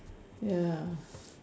ya